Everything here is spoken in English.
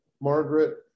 Margaret